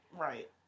Right